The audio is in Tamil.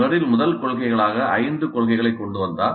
மெர்ரில் முதல் கொள்கைகளாக ஐந்து கொள்கைகளை கொண்டு வந்தார்